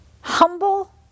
humble